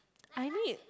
I need